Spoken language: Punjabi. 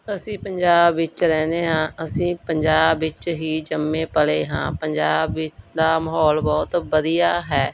ਅਸੀਂ ਪੰਜਾਬ ਵਿੱਚ ਰਹਿੰਦੇ ਹਾਂ ਅਸੀਂ ਪੰਜਾਬ ਵਿੱਚ ਹੀ ਜੰਮੇ ਪਲੇ ਹਾਂ ਪੰਜਾਬ ਵਿੱਚ ਦਾ ਮਾਹੌਲ ਬਹੁਤ ਵਧੀਆ ਹੈ